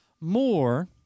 more